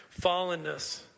fallenness